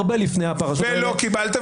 הרבה לפני הפרשות האלה --- ולא קיבלתם,